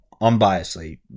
unbiasedly